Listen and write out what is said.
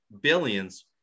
billions